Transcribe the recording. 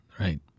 right